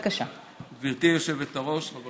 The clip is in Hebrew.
חבר